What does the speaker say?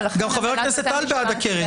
גם חבר הכנסת טל בעד הקרן,